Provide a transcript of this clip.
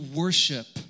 worship